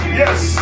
yes